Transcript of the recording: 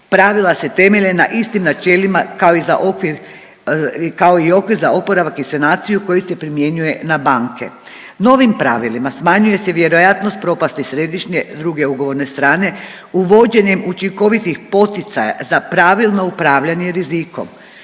Pravila se temelje na istim načelima kao i za okvir kao i okvir za oporavak i sanaciju koji se primjenjuje na banke. Novim pravilima smanjuje se vjerojatnost propasti središnje druge ugovorne strane uvođenjem učinkovitih poticaja za pravilno upravljanje rizikom.